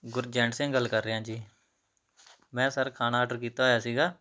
ਗੁਰਜੰਟ ਸਿੰਘ ਗੱਲ ਕਰ ਰਿਹਾ ਜੀ ਮੈਂ ਸਰ ਖਾਣਾ ਆਰਡਰ ਕੀਤਾ ਹੋਇਆ ਸੀਗਾ